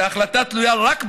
שההחלטה תלויה רק בו,